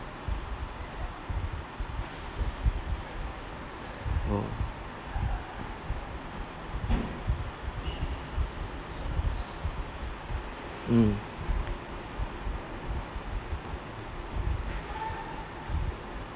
oh mm